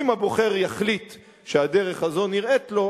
אם הבוחר יחליט שהדרך הזאת נראית לו,